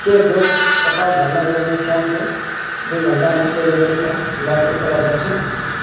के डोभ कपाल झर्न रोक्ने स्याम्पो दुई घन्टामा डेलिभरीका लागि उपलब्ध छन्